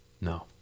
No